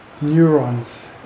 neurons